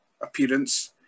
appearance